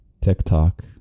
TikTok